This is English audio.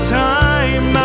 time